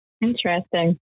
Interesting